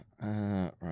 Right